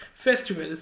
Festival